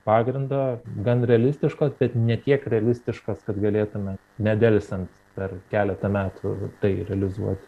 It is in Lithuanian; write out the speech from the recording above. pagrindo gan realistiškos bet ne tiek realistiškos kad galėtume nedelsiant per keletą metų tai realizuoti